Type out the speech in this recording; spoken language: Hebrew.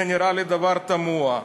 זה נראה לי דבר תמוה.